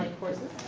courses.